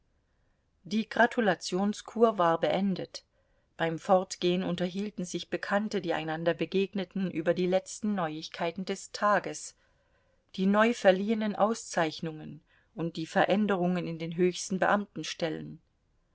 die gratulationscour war beendet beim fortgehen unterhielten sich bekannte die einander begegneten über die letzten neuigkeiten des tages die neu verliehenen auszeichnungen und die veränderungen in den höchsten